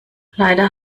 leider